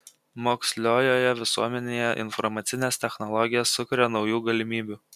moksliojoje visuomenėje informacinės technologijos sukuria naujų galimybių